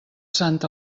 sant